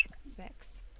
Six